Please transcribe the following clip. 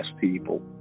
people